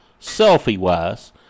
selfie-wise